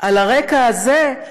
"על הרקע הזה,